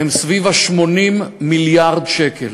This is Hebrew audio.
הן סביב ה-80 מיליארד שקל.